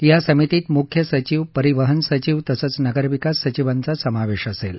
या समितीत मुख्य सचिव परिवहन सचिव तसंच नगर विकास सचिवांचा समावेश असेल